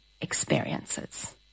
experiences